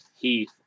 Heath